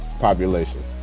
population